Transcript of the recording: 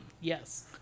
Yes